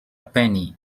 penny